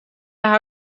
naar